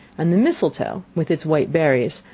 and the mistletoe, with its white berries,